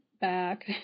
back